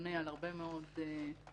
שממונה על הרבה מאוד נושאים,